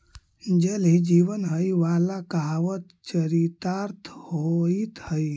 जल ही जीवन हई वाला कहावत चरितार्थ होइत हई